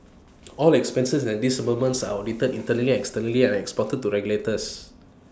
all expenses and disbursements are audited internally and externally and reported to the regulators